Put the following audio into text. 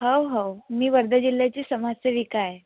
हो हो मी वर्धा जिल्ह्याची समाजसेविका आहे